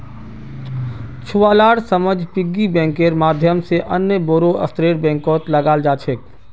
छुवालार समझ पिग्गी बैंकेर माध्यम से अन्य बोड़ो स्तरेर बैंकत लगाल जा छेक